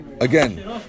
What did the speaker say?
Again